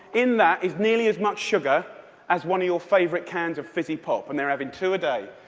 in that is nearly as much sugar as one of your favorite cans of fizzy pop, and they are having two a day.